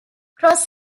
cross